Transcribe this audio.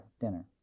dinner